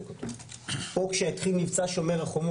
פעם ראשונה שהממשלה מגינה לעמדת הרבנות הראשית שאוסרת עלייה להר הבית.